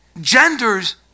Genders